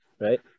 right